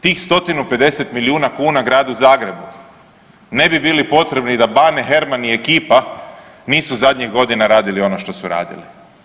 Tih 150 milijuna kuna Gradu Zagrebu ne bi bili potrebni da Bane Herman i ekipa nisu zadnjih godina radili ono što su radili.